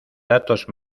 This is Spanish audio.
datos